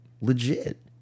legit